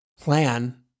plan